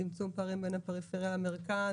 צמצום פערים בין הפריפריה למרכז,